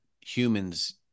humans